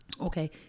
Okay